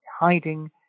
hiding